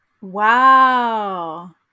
wow